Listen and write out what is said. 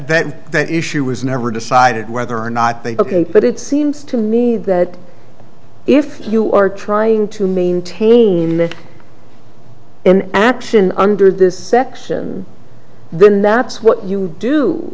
that that issue was never decided whether or not they took it but it seems to me that if you are trying to maintain an action under this section then that's what you do